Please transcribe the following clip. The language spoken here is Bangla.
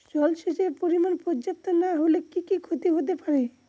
জলসেচের পরিমাণ পর্যাপ্ত না হলে কি কি ক্ষতি হতে পারে?